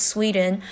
Sweden